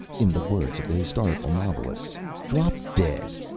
in the words of the historical novelists drop dead!